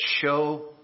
show